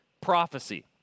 prophecy